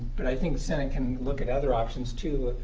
but i think senate can look at other options, too.